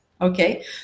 Okay